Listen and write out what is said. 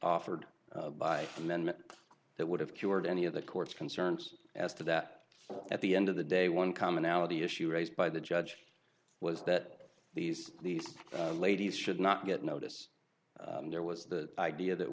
offered by the amendment that would have cured any of the court's concerns as to that at the end of the day one commonality issue raised by the judge was that these ladies should not get notice there was the idea that